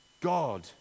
God